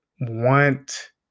want